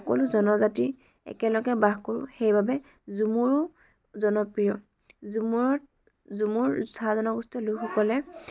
সকলো জনজাতি একেলগে বাস কৰোঁ সেইবাবে ঝুমুৰো জনপ্ৰিয় ঝুমুৰত ঝুমুৰ চাহ জনগোষ্ঠীয় লোকসকলে